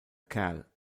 kerl